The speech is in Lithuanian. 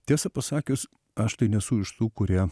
tiesą pasakius aš tai nesu iš tų kurie